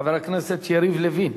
חבר הכנסת יריב לוין.